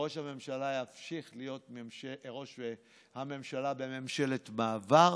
ראש הממשלה ימשיך להיות ראש הממשלה בממשלת מעבר,